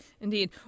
Indeed